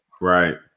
Right